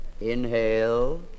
Inhale